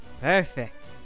Perfect